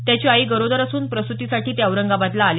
त्याची आई गरोदर असून प्रसुतीसाठी ते औरंगाबादला आले